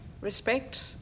respect